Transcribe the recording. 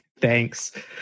Thanks